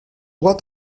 what